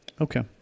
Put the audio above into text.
Okay